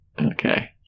Okay